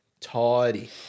Tidy